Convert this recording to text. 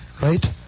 right